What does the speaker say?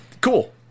cool